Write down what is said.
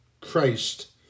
Christ